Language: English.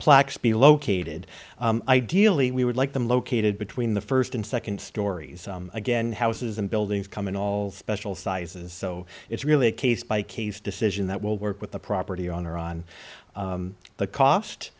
plaques be located ideally we would like them located between the first and second stories again houses and buildings come in all special sizes so it's really a case by case decision that will work with the property owner on the